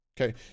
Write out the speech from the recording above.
Okay